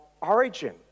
origin